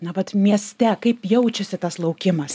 na vat mieste kaip jaučiasi tas laukimas